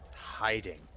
hiding